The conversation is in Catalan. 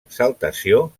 exaltació